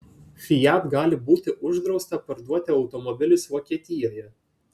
fiat gali būti uždrausta parduoti automobilius vokietijoje